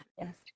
yes